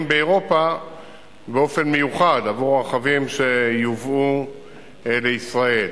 באירופה באופן מיוחד עבור רכבים שייובאו לישראל.